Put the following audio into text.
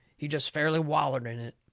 he jest fairly wallered in it.